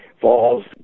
falls